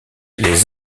les